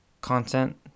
content